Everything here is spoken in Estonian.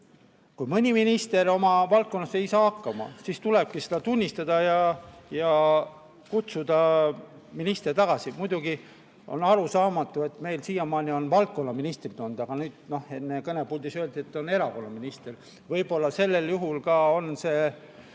Kui mõni minister oma valdkonnas ei saa hakkama, siis tulebki seda tunnistada ja kutsuda minister tagasi. Muidugi on arusaamatu, et meil siiamaani on valdkonna ministrid olnud, aga nüüd enne kõnepuldist öeldi, et on erakonna minister. Võib-olla sellel juhul on see